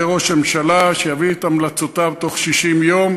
ראש הממשלה ויביא את המלצותיו בתוך 60 יום,